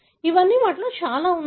ఇవన్నీ వాటిలో చాలా ఉన్నాయి